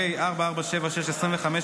פ/4476/25,